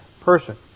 person